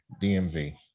DMV